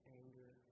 anger